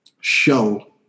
show